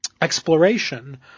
exploration